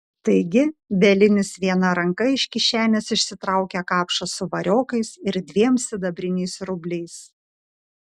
taigi bielinis viena ranka iš kišenės išsitraukė kapšą su variokais ir dviem sidabriniais rubliais